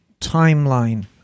timeline